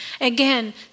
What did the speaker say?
again